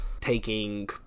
taking